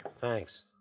Thanks